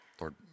Lord